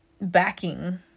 backing